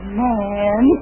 man